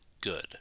good